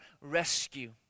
rescue